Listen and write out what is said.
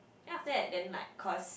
then after that then like cause